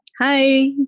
Hi